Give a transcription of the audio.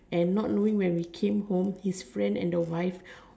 and not knowing when we came home his friend and the wife